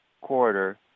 quarter